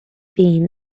been